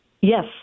Yes